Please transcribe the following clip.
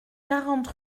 quarante